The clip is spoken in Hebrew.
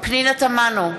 פנינה תמנו,